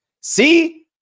see